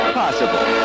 possible